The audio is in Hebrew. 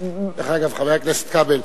דרך אגב, חבר הכנסת כבל,